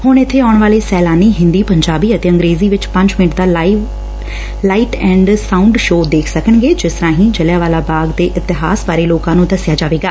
ਹੁਣ ਇਬੇ ਆਉਣ ਵਾਲੇ ਸੈਲਾਨੀ ਹਿੰਦੀ ਪੰਜਾਬੀ ਅਤੇ ਅੰਗਰੇਜ਼ੀ ਚ ਪੰਜ ਮਿੰਟ ਦਾ ਲਾਈਟ ਐਡ ਸਾਊਡ ਸ਼ੋ ਵੇਖ ਸਕਣਗੇ ਜਿਸ ਰਾਹੀ ਜਲ੍ਹਿਆ ਵਾਲਾ ਬਾਗ ਦੇ ਇਤਿਹਾਸ ਬਾਰੇ ਲੋਕਾਂ ਨੰ ਦਸਿਆ ਜਾਵੇਗਾ